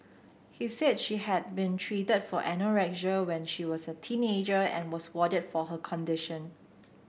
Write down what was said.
he said she had been treated for anorexia when she was a teenager and was warded for her condition